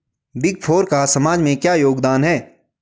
Big four का समाज में क्या योगदान है?